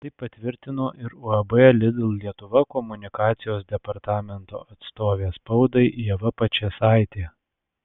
tai patvirtino ir uab lidl lietuva komunikacijos departamento atstovė spaudai ieva pačėsaitė